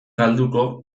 galduko